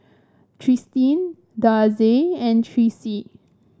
Tristen Darcie and Tyreese